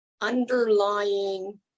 underlying